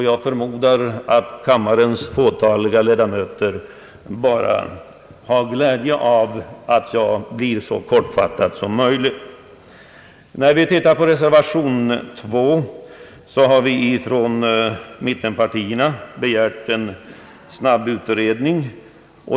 Jag förmodar att kammarens här närvarande fåtaliga ledamöter bara har glädje av att jag fattar mig så kort som möjligt. I reservation nr 2 har vi från mittenpartierna begärt en snabb utredning.